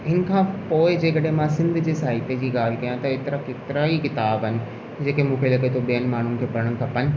हिन खां पोइ जे कॾहिं मां सिंध जे साहित्य जी ॻाल्हि कयां त हेतिरा केतिरा ई किताब आहिनि जेके मूंखे लॻे थो ॿियनि माण्हुनि खे पढ़ण खपनि